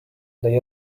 they